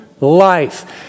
life